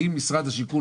האם משרד השיכון,